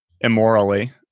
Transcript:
immorally